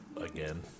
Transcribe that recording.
again